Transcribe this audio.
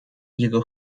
jego